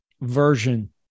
version